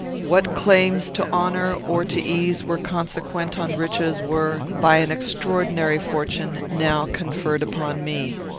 what claims to honour or to ease were consequent on riches were, by an extraordinary fortune, now conferred upon me.